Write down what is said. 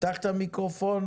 לי היה ברור בזימון